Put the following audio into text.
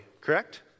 correct